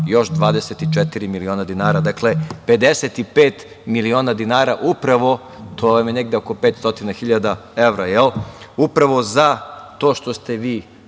još 24 miliona dinara. Dakle, 55 miliona dinara, to vam je negde oko 500.000 evra upravo za to što ste vi